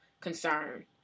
concern